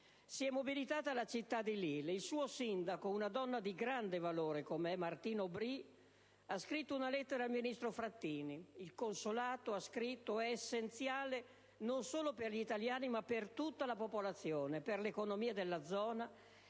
Si è mobilitata la città di Lille e il suo sindaco, una donna di grande valore come Martine Aubry, ha scritto una lettera al ministro Frattini: il consolato, ha scritto, è essenziale non solo per gli italiani ma per tutta la popolazione, per l'economia della zona